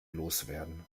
loswerden